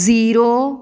zero